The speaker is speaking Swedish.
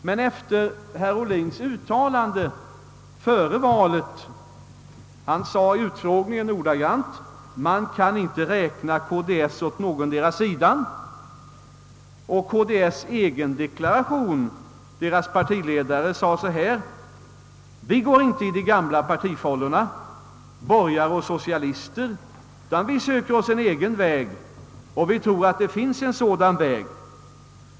Herr Ohlin framhöll dock före valet i partiledarutfrågningen ordagrant följande: »Man kan inte räkna KDS på någondera sidan.» I KDS” egen deklaration anförde vidare KDS” partiledare följande: »Vi går inte i de gamla partifållorna — borgare och socialister — utan vi söker oss en egen väg, och vi tror att det finns en sådan väg.